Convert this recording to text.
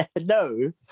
No